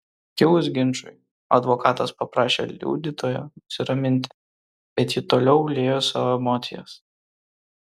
kilus ginčui advokatas paprašė liudytoją nusiraminti bet ji toliau liejo savo emocijas